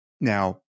Now